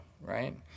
right